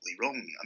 wrong